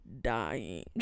dying